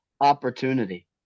opportunity